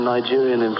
Nigerian